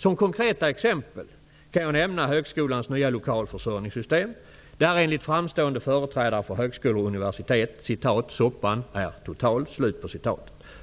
Som konkreta exempel kan jag nämna högskolans nya lokalförsörjningssystem, där ''soppan är total'' enligt framstående företrädare och universitet,